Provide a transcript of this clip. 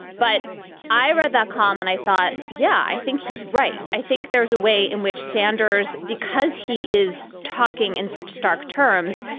but i read that column and i thought, yeah, i think he's right. i think there's a way in which sanders, because he is talking in such stark terms,